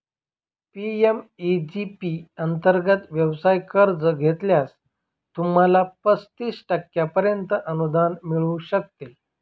PMEG P अंतर्गत व्यवसाय कर्ज घेतल्यास, तुम्हाला पस्तीस टक्क्यांपर्यंत अनुदान मिळू शकते